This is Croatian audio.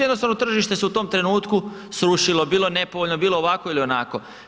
Jednostavno tržište se u tom trenutku srušilo, bilo nepovoljno, bilo ovako ili onako.